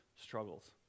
struggles